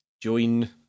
join